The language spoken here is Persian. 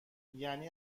یعنی